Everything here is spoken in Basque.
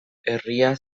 herria